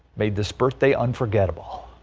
made this birthday unforgettable.